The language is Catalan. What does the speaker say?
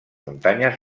muntanyes